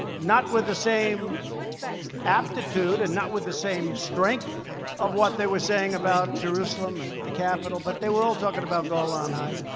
not with the same aptitude and not with the same strength of what they were saying about jerusalem and the capital, but they were all talking about golan heights.